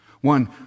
One